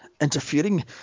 interfering